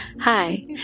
Hi